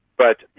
but